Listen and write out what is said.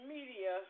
Media